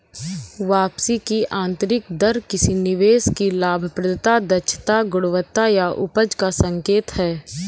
वापसी की आंतरिक दर किसी निवेश की लाभप्रदता, दक्षता, गुणवत्ता या उपज का संकेत है